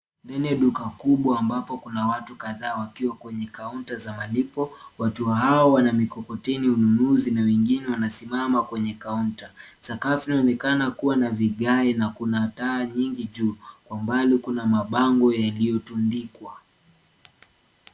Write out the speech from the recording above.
Ni duka kubwa ambapo kuna watu kadhaa wakiwa kwenye kaunta za malipo. Watu hao wana mikokoteni ununuzi na wengine wanasimama kwenye kaunta. Sakafu inayoonekana kuwa na vigae na kuna taa nyingi juu. Kwa mbali kuna mabango yaliyotundikwa.